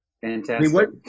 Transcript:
fantastic